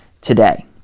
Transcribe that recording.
today